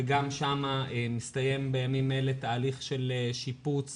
גם שם מסתיים בימים אלה תהליך של שיפוץ